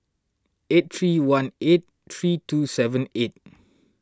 eight three one eight three two seven eight